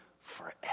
forever